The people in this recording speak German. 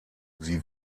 sie